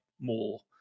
more